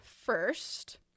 first